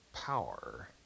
power